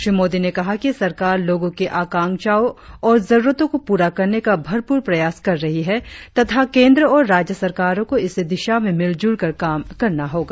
श्री मोदी ने कहा कि सरकार लोगों की आकांक्षाओं और जरुरतों को पूरा करने का भरपूर प्रयास कर रही है तथा केंद्र और राज्य सरकारों को इस दिशा में मिलजुल कर काम करना चाहिए